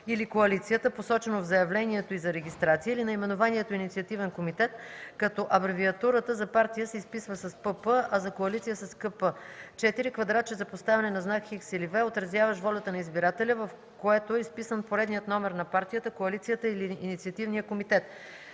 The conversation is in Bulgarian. или коалицията, посочено в заявлението й за регистрация, или наименованието „Инициативен комитет”, като абревиатурата за партия се изписва с „ПП”, а за коалиция – с „КП”; 4. квадратче за поставяне на знак „Х” или „V”, отразяващ волята на избирателя, в което е изписан поредният номер на партията, коалицията или инициативния комитет;